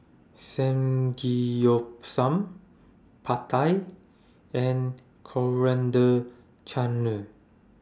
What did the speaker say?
Samgeyopsal Pad Thai and Coriander Chutney